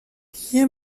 hier